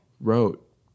wrote